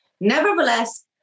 Nevertheless